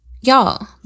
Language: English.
y'all